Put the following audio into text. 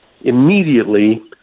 immediately